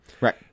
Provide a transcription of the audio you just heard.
Right